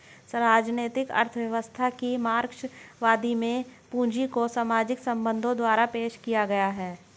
राजनीतिक अर्थव्यवस्था की मार्क्सवादी में पूंजी को सामाजिक संबंधों द्वारा पेश किया है